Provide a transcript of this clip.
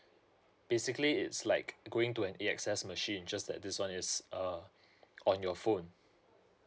basically it's like going to an A_X_S machine just that this one is uh on your phone